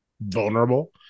vulnerable